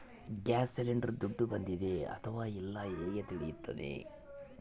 Gas cylinder ದುಡ್ಡು ಬಂದಿದೆ ಅಥವಾ ಇಲ್ಲ ಹೇಗೆ ತಿಳಿಯುತ್ತದೆ?